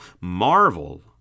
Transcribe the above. marvel